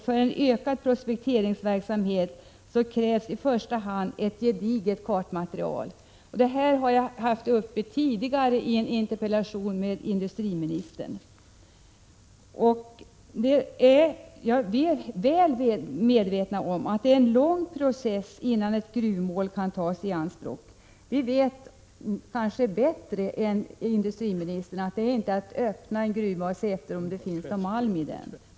För en ökad prospekteringsverksamhet krävs i första hand ett gediget kartmaterial. Jag har tagit upp frågan tidigare i en interpellation till industriministern. Vi är väl medvetna om att det är en lång process innan ett utmål kan tas i anspråk. Vi vet, kanske bättre än industriministern, att det inte bara är att öppna en gruva och se om det finns malm där.